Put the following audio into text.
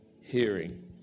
Hearing